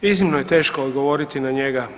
Iznimno je teško odgovoriti na njega.